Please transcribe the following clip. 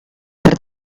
per